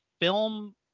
film